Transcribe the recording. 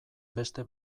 beste